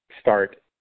start